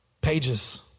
pages